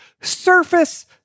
Surface